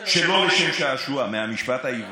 שלא לשם שעשוע, מהמשפט העברי.